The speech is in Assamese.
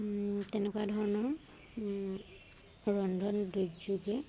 তেনেকুৱা ধৰণৰ ৰন্ধন দুৰ্যোগে